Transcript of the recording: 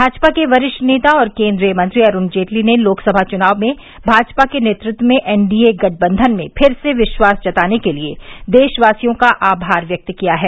भाजपा के वरिष्ठ नेता और केन्द्रीय मंत्री अरुण जेटली ने लोकसभा चुनाव में भाजपा के नेतृत्व में एन डी ए गठबंधन में फिर से विश्वास जताने के लिए देशवासियों का आभार व्यक्त किया है